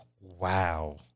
Wow